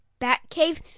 Batcave